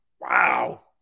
Wow